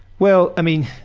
well, i mean.